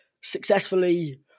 successfully